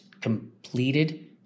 completed